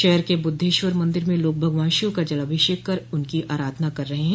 शहर के बुद्धेश्वर मंदिर में लोग भगवान शिव का जलाभिषेक कर उनकी आराधना कर रहे हैं